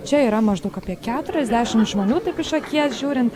čia yra maždaug apie keturiasdešimt žmonių taip iš akies žiūrint